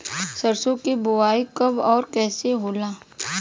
सरसो के बोआई कब और कैसे होला?